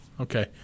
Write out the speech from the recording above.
Okay